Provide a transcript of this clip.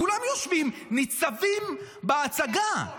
כולם יושבים, ניצבים בהצגה.